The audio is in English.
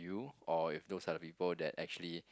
do or if those are the people that actually